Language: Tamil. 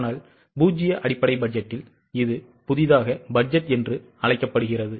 ஆனால் பூஜ்ஜிய அடிப்படை பட்ஜெட்டில் இது புதிதாக பட்ஜெட் என்று அழைக்கப்படுகிறது